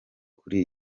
kuri